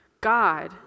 God